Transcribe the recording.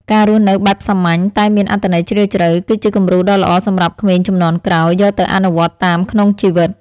ការរស់នៅបែបសាមញ្ញតែមានអត្ថន័យជ្រាលជ្រៅ គឺជាគំរូដ៏ល្អសម្រាប់ក្មេងជំនាន់ក្រោយយកទៅអនុវត្តតាមក្នុងជីវិត។